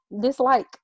dislike